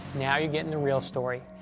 now you're getting the real story.